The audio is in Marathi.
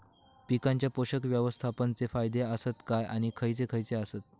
पीकांच्या पोषक व्यवस्थापन चे फायदे आसत काय आणि खैयचे खैयचे आसत?